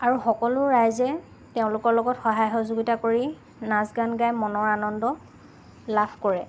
আৰু সকলো ৰাইজে তেওঁলোকৰ লগত সহায় সহযোগিতা কৰি নাচ গান গাই মনৰ আনন্দ লাভ কৰে